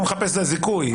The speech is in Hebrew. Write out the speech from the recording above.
הוא מחפש את הזיכוי.